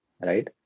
Right